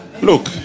Look